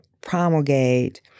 promulgate